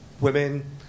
women